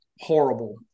horrible